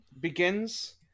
begins